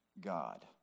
God